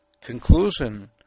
conclusion